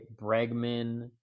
Bregman